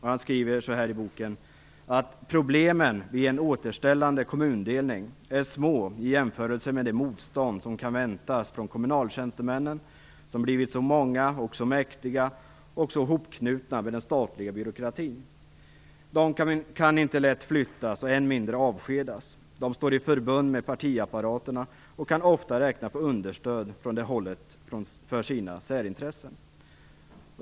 Han skriver att problemen vid en återställande kommundelning är små i jämförelse med det motstånd som kan väntas från kommunaltjänstemännen som blivit så många och så mäktiga och så hopknutna med den statliga byråkratin. De kan inte lätt flyttas, och än mindre avskedas. De står i förbund med partiapparaterna och kan ofta räkna med understöd från det hållet för sina särintressen.